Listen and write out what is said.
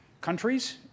countries